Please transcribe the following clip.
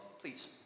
Please